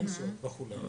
פנסיות וכולי -- אבל,